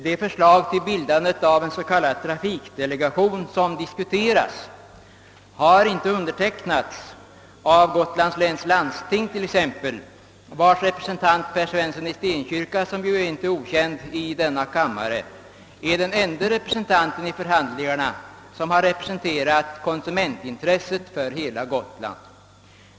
Det förslag till bildandet av en s.k. trafikdelegation som diskuterats har icke undertecknats av exempelvis Gotlands läns landsting, vars representant herr Svensson i Stenkyrka, som ju inte är okänd i denna kammare, vid förhandlingarna är den ende förtroendevalde som kan anses representera konsumentintressen för «hela Gotland.